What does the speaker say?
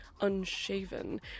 Unshaven